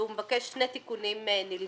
והוא מבקש שני תיקונים נלווים: